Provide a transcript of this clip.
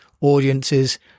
audiences